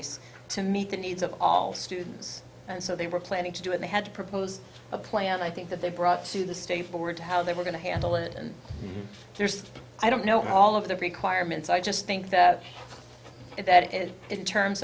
case to meet the needs of all students and so they were planning to do it they had proposed a plan i think that they brought to the state board to how they were going to handle it and i don't know all of the requirements i just think that that is in terms